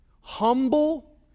humble